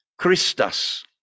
Christus